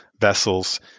vessels